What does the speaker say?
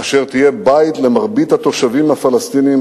אשר תהיה בית למרבית התושבים הפלסטינים